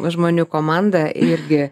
žmonių komanda irgi